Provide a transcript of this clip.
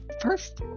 first